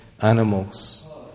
animals